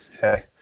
Hey